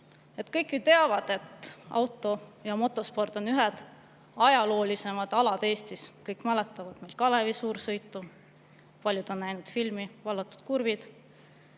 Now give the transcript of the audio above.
Kõik ju teavad, et auto- ja motosport on ühed ajaloolisemad alad Eestis. Kõik mäletavad Kalevi suursõitu, paljud on näinud filmi "Vallatud kurvid".